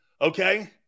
Okay